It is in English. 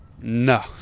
No